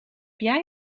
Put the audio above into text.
jij